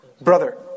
Brother